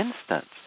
instance